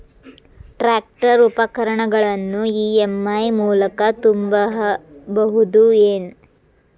Tractor ಉಪಕರಣಗಳನ್ನು EMI ಮೂಲಕ ತುಂಬಬಹುದ ಏನ್?